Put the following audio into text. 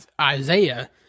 Isaiah